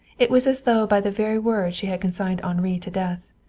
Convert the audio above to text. it was as though by the very word she had consigned henri to death.